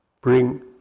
bring